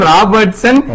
Robertson